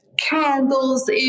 candles